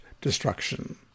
destruction